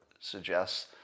suggests